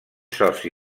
soci